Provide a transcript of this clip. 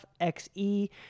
XE